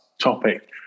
topic